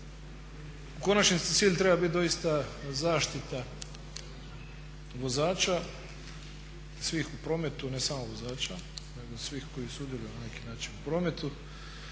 U konačnici cilj treba biti doista zaštita vozača svih u prometu ne samo vozača, nego svih koji sudjeluju na neki način u prometu.